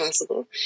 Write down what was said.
possible